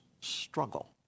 struggle